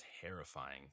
terrifying